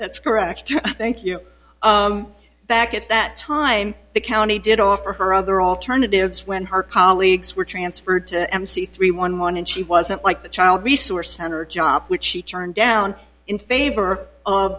that's correct thank you back at that time the county did offer her other alternatives when her colleagues were transferred to m c three one one and she wasn't like the child resource center job which she turned down in favor of